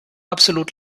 absolut